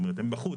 הם בחוץ.